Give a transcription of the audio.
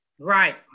Right